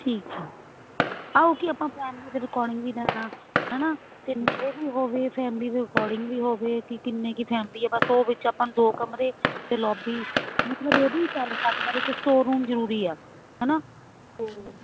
ਠੀਕ ਆ ਆ ਓਕੇ ਆਪਾਂ ਫੈਮਲੀ ਦੇ ਅਕੋਰਡਿੰਗ ਵੀ ਲੈਣਾ ਹੈ ਨਾ ਅਤੇ ਵੀ ਹੋਵੇ ਫੈਮਲੀ ਦੇ ਅਕੋਰਡਿੰਗ ਵੀ ਹੋਵੇ ਕਿ ਕਿੰਨੇ ਕੁ ਫੈਮਲੀ ਆ ਬਸ ਉਹ ਵਿੱਚ ਆਪਾਂ ਨੂੰ ਦੋ ਕਮਰੇ ਅਤੇ ਲੋਬੀ ਮਤਲਬ ਇਹਦੀ ਚੱਲ ਸਕਦਾ ਵਿੱਚ ਸਟੋਰ ਰੂਮ ਜ਼ਰੂਰੀ ਆ ਹੈ ਨਾ ਅਤੇ